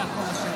חברי הכנסת,